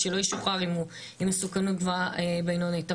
שלא ישוחרר אם הוא במסוכנות גבוהה בינונית.